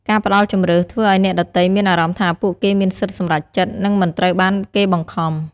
ការផ្តល់ជម្រើស ធ្វើឲ្យអ្នកដទៃមានអារម្មណ៍ថាពួកគេមានសិទ្ធិសម្រេចចិត្ត និងមិនត្រូវបានគេបង្ខំ។